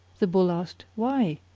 the bull asked, why,